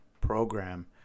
program